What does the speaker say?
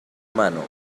humano